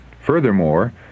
Furthermore